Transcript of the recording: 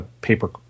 paper